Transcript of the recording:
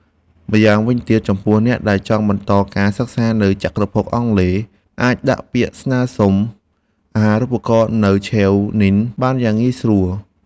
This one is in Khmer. ម្យ៉ាងវិញទៀត ចំពោះអ្នកដែលចង់បន្តការសិក្សានៅចក្រភពអង់គ្លេសអាចដាក់ពាក្យស្នើសុំអាហារូបករណ៍ឆេវនីង (Chevening) បានយ៉ាងងាយស្រួល។